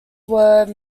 were